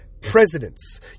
presidents